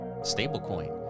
stablecoin